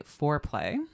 foreplay